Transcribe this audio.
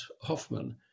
hoffman